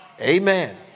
Amen